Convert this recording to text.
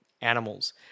animals